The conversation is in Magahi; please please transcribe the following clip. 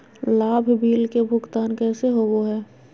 लाभ बिल के भुगतान कैसे होबो हैं?